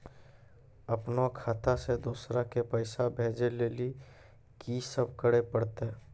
अपनो खाता से दूसरा के पैसा भेजै लेली की सब करे परतै?